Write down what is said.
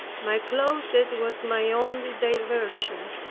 my closet was my only diversion.